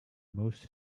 most